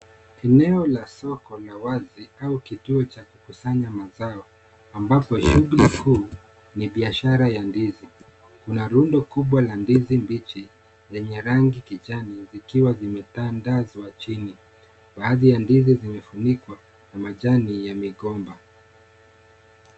Eneo la soko ya wazi au kituo cha kukuzanya mazao, ambapo shughuli kuu ni biashara ya ndizi. Kuna lundo kuubwa la ndizi mbichi, zenye rangi kijani, zikiwa zimetandazwa chini. Baadhi ya ndizi, zimefunikwa na majani ya migomba.